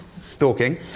stalking